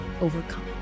overcome